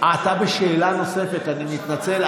אתה בשאלה נוספת, אני מתנצל.